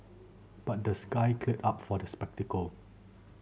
but the sky cleared up for the spectacle